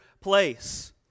place